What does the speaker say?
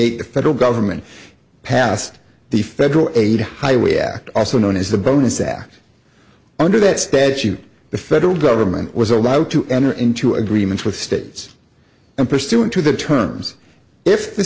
the federal government passed the federal aid highway act also known as the bonus act under that statute the federal government was allowed to enter into agreements with states and pursuant to the terms if the